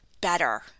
better